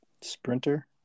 Sprinter